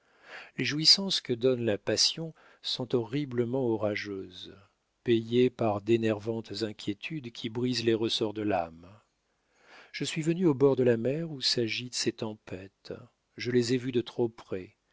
les jouissances que donne la passion sont horriblement orageuses payées par d'énervantes inquiétudes qui brisent les ressorts de l'âme je suis venue au bord de la mer où s'agitent ces tempêtes je les ai vues de trop près